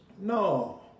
No